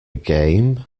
game